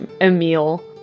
Emil